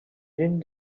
une